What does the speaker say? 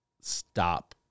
stop